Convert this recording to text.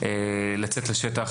לצאת לשטח,